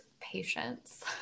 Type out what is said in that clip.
patience